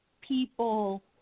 people